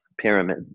pyramid